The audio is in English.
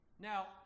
Now